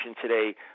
today